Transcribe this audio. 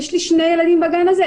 יש לי שני ילדים בגן הזה.